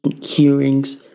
hearings